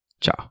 Ciao